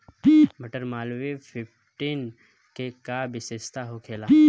मटर मालवीय फिफ्टीन के का विशेषता होखेला?